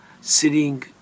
sitting